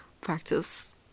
practice